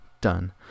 done